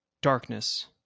darkness